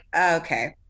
okay